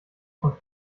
von